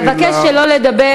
חבר הכנסת כהן, אבקש שלא לדבר